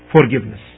forgiveness